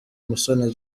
musoni